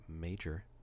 major